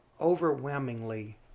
overwhelmingly